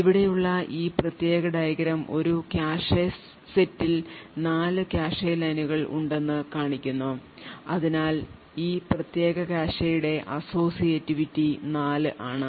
ഇവിടെയുള്ള ഈ പ്രത്യേക ഡയഗ്രം ഒരു കാഷെ സെറ്റിൽ 4 കാഷെ ലൈനുകൾ ഉണ്ടെന്ന് കാണിക്കുന്നു അതിനാൽ ഈ പ്രത്യേക കാഷെയുടെ associativity നാല് ആണ്